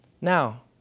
Now